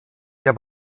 der